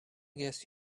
guess